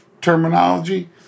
terminology